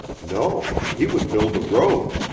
no he would build the road!